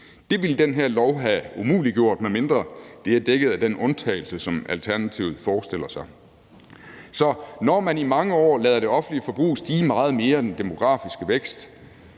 Det ville den her lov have umuliggjort, medmindre det er dækket af den undtagelse, som Alternativet forestiller sig. Så når man i mange år lader det offentlige forbrug stige meget mere end den demografiske vækst,